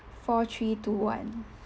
four three two one